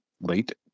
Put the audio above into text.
late